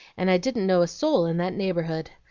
and i didn't know a soul in that neighborhood.